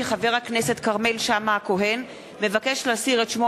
כי חבר הכנסת כרמל שאמה-הכהן מבקש להסיר את שמו